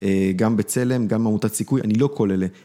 גם בצלם, גם עמותת סיכוי, אני לא כל אלה.